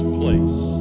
place